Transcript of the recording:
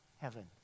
heaven